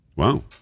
Wow